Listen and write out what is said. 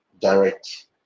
direct